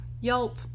Yelp